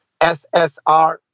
ssr